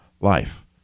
life